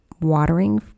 watering